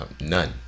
None